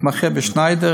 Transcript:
התמחה בשניידר,